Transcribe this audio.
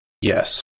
Yes